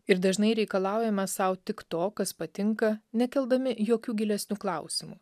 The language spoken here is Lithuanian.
ir dažnai reikalaujame sau tik to kas patinka nekeldami jokių gilesnių klausimų